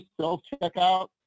self-checkout